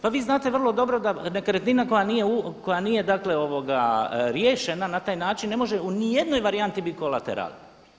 Pa vi znate vrlo dobro da nekretnina koja nije dakle riješena na taj način ne može niti u jednoj varijanti bit kolateralna.